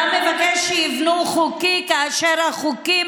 אתה מבקש שיבנו חוקית כאשר החוקים